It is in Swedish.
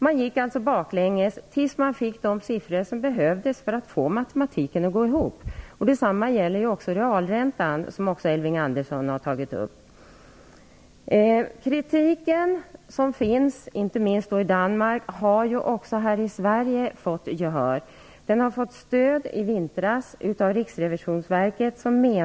Man gick alltså baklänges tills man fick de siffror som behövdes för att matematiken skulle gå ihop. Detsamma gällde också realräntan. Kritiken som framförs inte minst i Danmark har fått gehör också här i Sverige. I vintras stödde Riksrevisionsverket denna kritik.